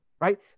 right